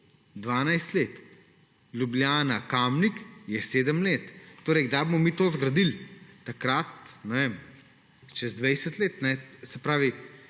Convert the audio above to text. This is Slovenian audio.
12 let. Ljubljana–Kamnik je 7 let. Torej, kdaj bomo to zgradili? Ne vem, čez 20 let. Se pravi,